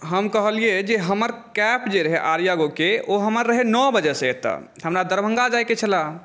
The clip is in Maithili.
हम कहलियै जे हमर कैब जे रहै आर्यागो के ओ हमर रहै नओ बजे सॅं एतऽ हमरा दरभंगा जायके छलए